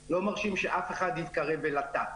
שלא מרשים שאף אחד יתקרב אל התא.